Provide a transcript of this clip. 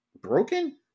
broken